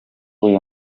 uyu